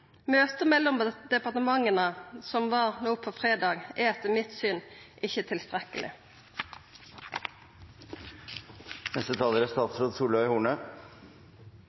Møtet mellom departementa, som var no på fredag, er etter mitt syn ikkje